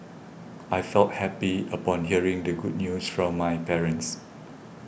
I felt happy upon hearing the good news from my parents